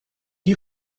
you